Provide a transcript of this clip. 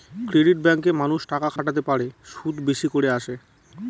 credit ব্যাঙ্কে মানুষ টাকা খাটাতে পারে, সুদ বেশি করে আসে